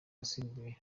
wasimbuye